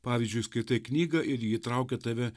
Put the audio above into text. pavyzdžiui skaitai knygą ir ji įtraukia tave